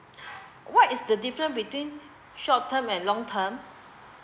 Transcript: what is the different between short term and long term